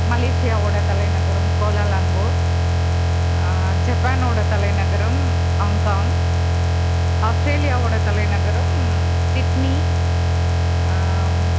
மலேசியாவோடய தலைநகரம் கோலாலம்பூர் ஜப்பானோடய தலைநகரம் ஹாங்காங் ஆஸ்ட்ரேலியாவோடய தலைநகரம் சிட்னி